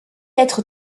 être